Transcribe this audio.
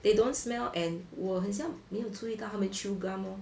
they don't smell and 我很像没有注意到他们 chew gum orh